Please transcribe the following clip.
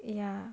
ya